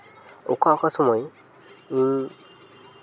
ᱚᱠᱟ ᱚᱠᱟ ᱥᱚᱢᱚᱭ ᱤᱧ